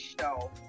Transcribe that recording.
show